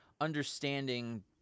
understanding